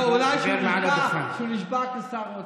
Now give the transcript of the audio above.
אולי כשהוא נשבע כשר האוצר.